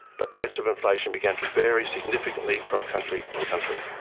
but rates of inflation began to vary significantly from country to country.